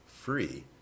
free